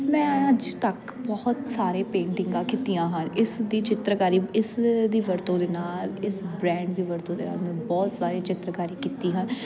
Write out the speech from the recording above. ਮੈਂ ਅੱਜ ਤੱਕ ਬਹੁਤ ਸਾਰੇ ਪੇਂਟਿੰਗਾਂ ਕੀਤੀਆਂ ਹਨ ਇਸ ਦੀ ਚਿੱਤਰਕਾਰੀ ਇਸ ਦੀ ਵਰਤੋਂ ਦੇ ਨਾਲ ਇਸ ਬ੍ਰੈਂਡ ਦੀ ਵਰਤੋਂ ਦੇ ਨਾਲ ਮੈਂ ਬਹੁਤ ਸਾਰੀ ਚਿੱਤਰਕਾਰੀ ਕੀਤੀ ਹੈ